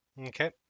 Okay